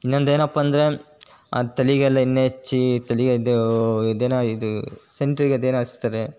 ಇನ್ನೊಂದು ಏನಪ್ಪ ಅಂದರೆ ಆ ತಲೆಗೆಲ್ಲ ಎಣ್ಣೆ ಹಚ್ಚಿ ತಲೆಗೆ ಇದೂ ಇದೆಯೋ ಇದು ಸೆಂಟ್ರಿಗದೆನೋ ಹಚ್ತಾರೆ